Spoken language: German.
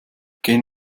gehen